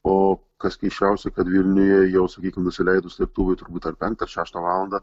o kas keisčiausia kad vilniuje jau sakykim nusileidus lėktuvui turbūt ar penktą ar šeštą valandą